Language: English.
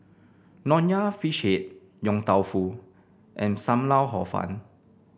Nonya Fish Head Yong Tau Foo and Sam Lau Hor Fun